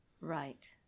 Right